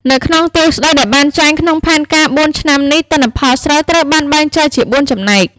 នៅក្នុងទ្រឹស្តីដែលបានចែង ក្នុងផែនការបួនឆ្នាំនេះ ទិន្នផលស្រូវត្រូវបានបែងចែកជាបួនចំណែក ។